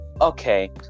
Okay